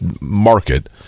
market